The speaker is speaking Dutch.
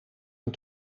aan